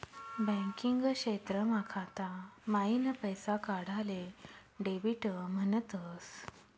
banking क्षेत्रमा खाता माईन पैसा काढाले डेबिट म्हणतस